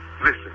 Listen